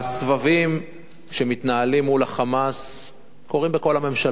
הסבבים שמתנהלים מול ה"חמאס" קורים בכל הממשלות.